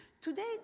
Today